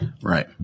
Right